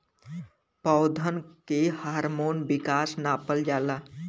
पौधन के हार्मोन विकास नापल जाला